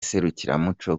serukiramuco